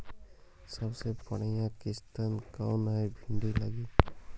सबसे बढ़िया कित्नासक कौन है भिन्डी लगी?